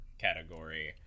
category